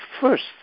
first